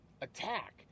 attack